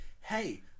hey